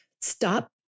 stop